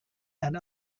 and